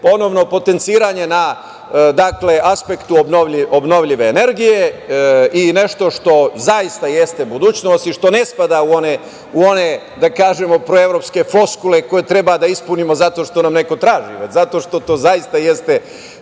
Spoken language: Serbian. ponovno potenciranje na aspektu obnovljive energije i nešto što zaista jeste budućnost i što ne spada u one proevropske floskule koje treba da ispunimo zato što nam neko traži, već zato što to zaista jeste naš